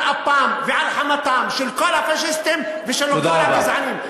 על אפם ועל חמתם של כל הפאשיסטים ושל כל הגזענים.